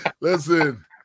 listen